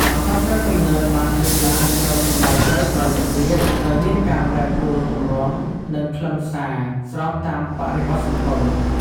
អក្សរសិល្ប៍ទំនើបបានលេចឡើងនៅសម័យក្រោយៗមកទៀត ដោយមានការប្រែប្រួលទម្រង់ និងខ្លឹមសារស្របតាមបរិបទសង្គម។